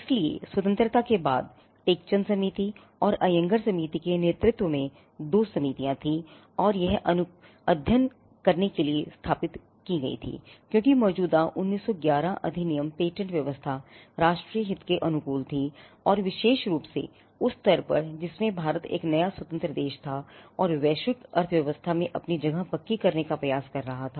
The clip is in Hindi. इसलिए स्वतंत्रता के बाद टेक चंद समिति और अय्यंगार समिति के नेतृत्व में दो समितियां थीं जो यह अध्ययन करने के लिए स्थापित की गई थीं कि क्या मौजूदा 1911 अधिनियम पेटेंट व्यवस्था राष्ट्रीय हित के अनुकूल थी और विशेष रूप से उस स्तर पर जिसमें भारत एक नया स्वतंत्र देश था और वैश्विक अर्थव्यवस्था में अपनी जगह पक्की करने का प्रयास कर रहा था